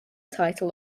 title